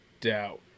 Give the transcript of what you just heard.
doubt